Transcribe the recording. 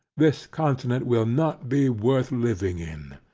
this continent will not be worth living in.